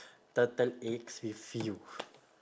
turtle eggs with you